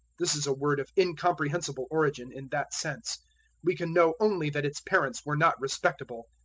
this is a word of incomprehensible origin in that sense we can know only that its parents were not respectable.